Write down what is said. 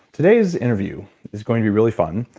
today's interview is going to be really fun.